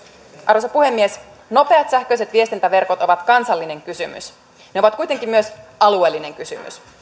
arvoisa puhemies nopeat sähköiset viestintäverkot ovat kansallinen kysymys ne ovat kuitenkin myös alueellinen kysymys